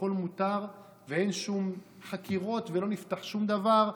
הכול מותר ואין שום חקירות ולא נפתח שום דבר.